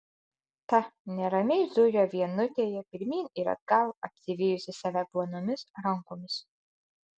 ta neramiai zujo vienutėje pirmyn ir atgal apsivijusi save plonomis rankomis